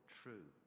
true